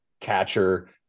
catcher